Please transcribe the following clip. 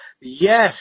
Yes